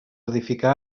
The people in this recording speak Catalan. edificar